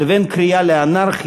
לבין קריאה לאנרכיה.